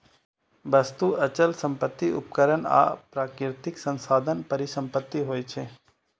वस्तु, अचल संपत्ति, उपकरण आ प्राकृतिक संसाधन परिसंपत्ति होइ छै